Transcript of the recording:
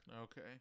Okay